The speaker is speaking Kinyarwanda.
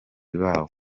bawo